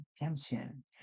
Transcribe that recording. redemption